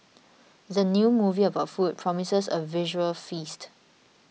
the new movie about food promises a visual feast